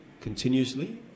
continuously